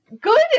good